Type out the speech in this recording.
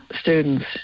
students